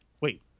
Wait